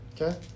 Okay